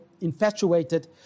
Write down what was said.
infatuated